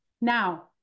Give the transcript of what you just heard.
Now